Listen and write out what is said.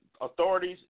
authorities